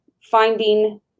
finding